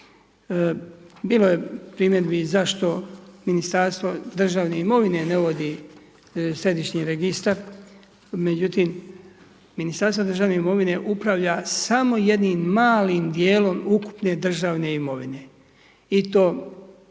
Bilo je primjedbi i zašto Ministarstvo državne imovine ne vodi Središnji registar. Međutim, Ministarstvo državne imovine upravlja samo jednim malim dijelom ukupne državne imovine. I to da